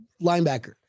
linebacker